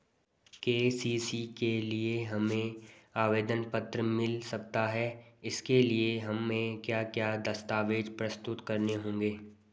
KCC के लिए हमें आवेदन पत्र मिल सकता है इसके लिए हमें क्या क्या दस्तावेज़ प्रस्तुत करने होंगे?